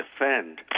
defend